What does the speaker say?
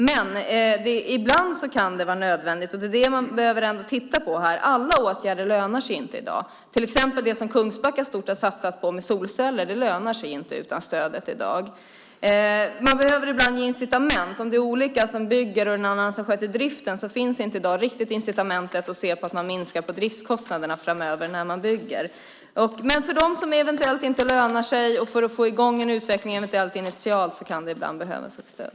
Men ibland kan det vara nödvändigt, och det är det man behöver titta på. Alla åtgärder lönar sig inte i dag. Det som Kungsbacka till exempel har satsat stort på, med solceller, lönar sig inte utan stöd i dag. Man behöver ibland ge incitament. Om det är en som bygger och en annan som sköter driften finns i dag inte riktigt incitamentet att se till att minska driftskostnaderna framöver när man bygger. Men för dem som eventuellt inte tycker att det lönar sig och för att få i gång en utveckling initialt kan det ibland behövas ett stöd.